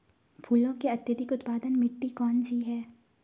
फूलों की अत्यधिक उत्पादन मिट्टी कौन सी है?